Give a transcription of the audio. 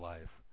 Life